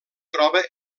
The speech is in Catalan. troba